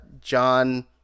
John